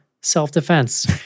self-defense